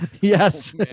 Yes